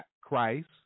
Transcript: Christ